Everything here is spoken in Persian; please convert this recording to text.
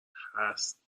هست